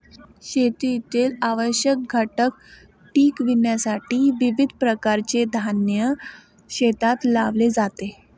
शेतीतील आवश्यक घटक टिकविण्यासाठी विविध प्रकारचे धान्य शेतात लावले जाते